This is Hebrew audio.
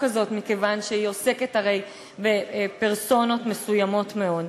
הזאת מכיוון שהיא הרי עוסקת בפרסונות מסוימות מאוד.